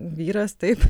vyras taip